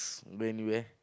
brand new wear